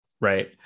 Right